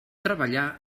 treballar